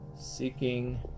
seeking